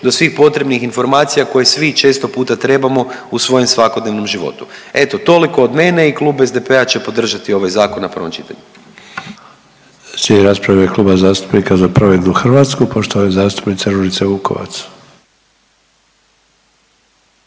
do svih potrebnih informacija koje svi često puta trebamo u svojem svakodnevnom životu. Eto toliko od mene i klub SDP-a će podržati ovaj zakon na prvom čitanju. **Sanader, Ante (HDZ)** Slijedi rasprava u ime Kluba zastupnika Za pravednu Hrvatsku, poštovana zastupnica Ružica Vukovac.